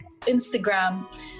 Instagram